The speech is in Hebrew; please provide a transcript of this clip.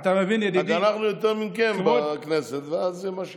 רק אנחנו יותר מכם בכנסת, ואז זה מה שיצא.